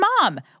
mom